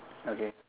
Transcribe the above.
okay